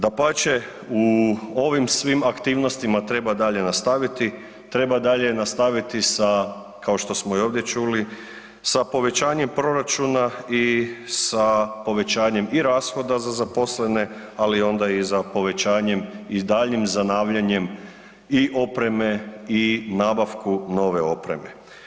Dapače, u ovim svim aktivnostima treba dalje nastaviti, treba dalje nastaviti sa kao što i ovdje čuli, sa povećanjem proračuna i sa povećanjem i rashoda za zaposlene ali onda i za povećanjem i daljnjim zanavljanjem i opreme i nabavku nove opreme.